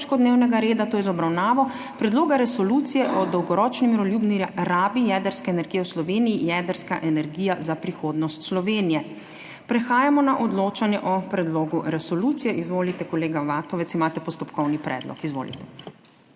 Predloga resolucije o dolgoročni miroljubni rabi jedrske energije v Sloveniji »Jedrska energija za prihodnost Slovenije«.** Prehajamo na odločanje o predlogu resolucije. Izvolite, kolega Vatovec, imate postopkovni predlog.